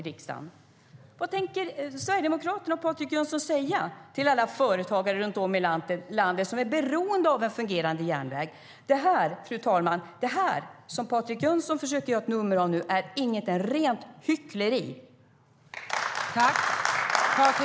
Vad tänker Sverigedemokraterna och Patrik Jönsson säga till alla företagare runt om i landet som är beroende av en fungerande järnväg?